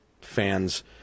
fans